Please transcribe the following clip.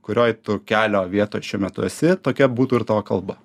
kurioj tu kelio vietoj šiuo metu esi tokia būtų ir tavo kalba